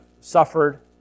suffered